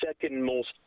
second-most